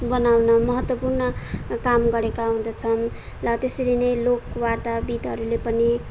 बनाउन महत्त्वपूर्ण काम गरेका हुँदछन् र त्यसरी नै लोकवार्ताविद्हरूले पनि